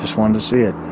just wanted to see it